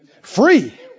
Free